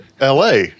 LA